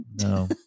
no